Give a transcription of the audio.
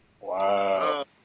Wow